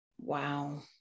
Wow